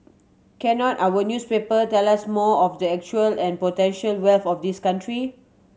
cannot our newspaper tell us more of the actual and potential wealth of this country